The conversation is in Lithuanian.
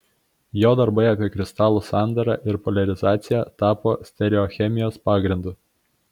jo darbai apie kristalų sandarą ir poliarizaciją tapo stereochemijos pagrindu